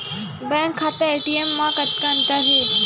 Bank खाता ATM मा का अंतर हे?